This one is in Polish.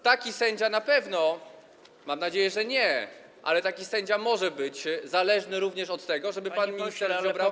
Taki sędzia na pewno... mam nadzieję, że nie, ale taki sędzia może być zależny również od tego, żeby pan minister Ziobro nie zawracał go.